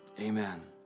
amen